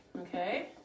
okay